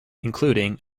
including